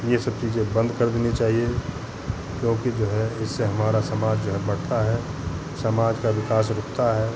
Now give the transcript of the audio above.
ये सब चीज़ें बंद कर देनी चाहिए क्योंकि जो है इससे हमारा समाज जो है मरता है समाज का विकास रुकता है